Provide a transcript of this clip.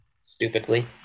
stupidly